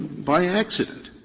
by accident,